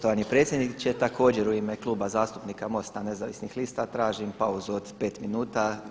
Poštovani predsjedniče također u ime Kluba zastupnika MOST-a Nezavisnih lista tražim pauzu od 5 minuta.